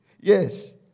Yes